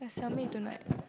submit tonight